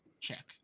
check